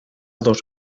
dos